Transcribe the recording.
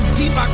deep